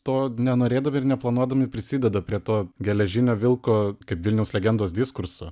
to nenorėdami ir neplanuodami prisideda prie to geležinio vilko kaip vilniaus legendos diskurso